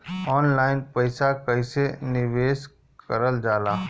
Online पईसा कईसे निवेश करल जाला?